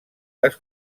les